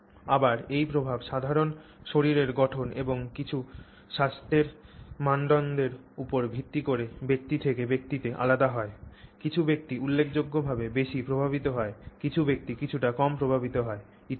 আবার এই প্রভাব সাধারণ শরীরের গঠন এবং কিছু স্বাস্থ্যের মানদণ্ডের উপর ভিত্তি করে ব্যক্তি থেকে ব্যক্তিতে আলাদা হয় কিছু ব্যক্তি উল্লেখযোগ্যভাবে বেশি প্রভাবিত হয় কিছু ব্যক্তি কিছুটা কম প্রভাবিত হয় ইত্যাদি